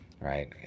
right